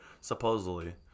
supposedly